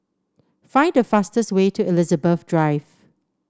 find the fastest way to Elizabeth Drive